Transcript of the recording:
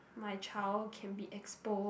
my child can be exposed